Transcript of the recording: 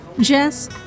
Jess